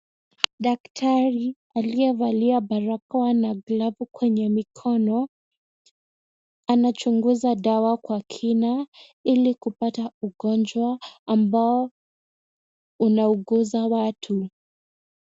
Daktari, aliyevalia barakoa na glovu kwenye mikono, anachunguza dawa kwa kina ili kupata ugonjwa ambao unauguza watu.